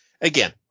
Again